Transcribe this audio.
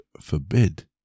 forbid